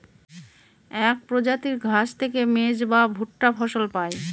এক প্রজাতির ঘাস থেকে মেজ বা ভুট্টা ফসল পায়